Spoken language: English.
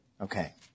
Okay